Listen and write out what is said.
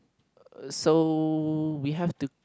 uh so we have to